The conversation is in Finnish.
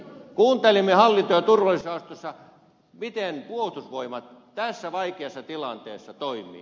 kuulimme hallinto ja turvallisuusjaostossa miten puolustusvoimat tässä vaikeassa tilanteessa toimii